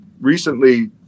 recently